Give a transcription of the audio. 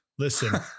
Listen